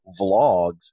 vlogs